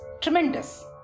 tremendous